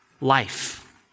life